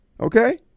Okay